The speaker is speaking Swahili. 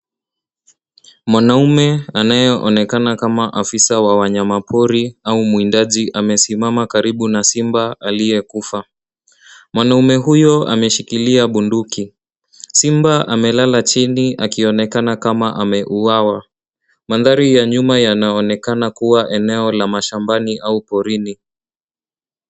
Mwanaume anayeonekana kama afisa wa wanyamapori au mwindaji anasimama karibu na simba aliyekufa. Mwanaume huyo ameshikilia bunduki. Simba amelala chini akionekana kama ameuawa. Mandhari ya nyuma yanaonekana kuwa eneo la mashambani au porini.